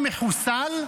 מחוסל,